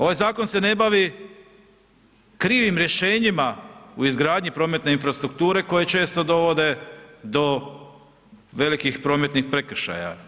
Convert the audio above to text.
Ovaj zakon se ne bavi krivim rješenjima u izgradnji prometne infrastrukture koje često dovode do velikih prometnih prekršaja.